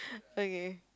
okay